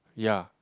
ya